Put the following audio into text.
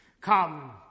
Come